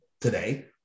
today